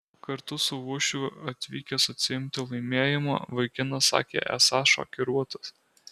kartu su uošviu atvykęs atsiimti laimėjimo vaikinas sakė esąs šokiruotas